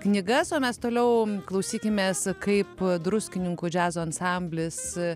knygas o mes toliau klausykimės kaip druskininkų džiazo ansamblis